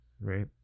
right